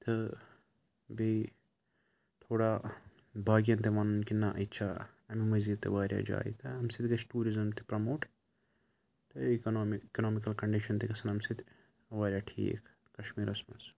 تہٕ بیٚیہِ تھوڑا باقیَن تہِ وَنُن کہِ نَہ ییٚتہِ چھِ اَمہِ مٔزیٖد تہِ واریاہ جایہِ تہٕ اَمہِ سۭتۍ گَژھہِ ٹیٛوٗرِزٕم تہِ پرٛموٹ تہٕ اِکنامِک اِکنامِکل کَنڈِشَن تہِ گَژھان اَمہِ سۭتۍ واریاہ ٹھیٖک کَشمیٖرَس منٛز